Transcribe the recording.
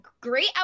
great